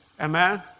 Amen